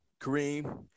Kareem